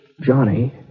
Johnny